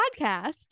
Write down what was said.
podcast